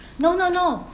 no no no